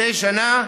מדי שנה,